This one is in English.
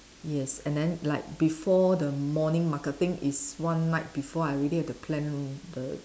yes and then like before the morning marketing is one night before I already have to plan the